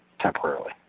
Temporarily